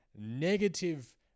negative